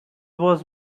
was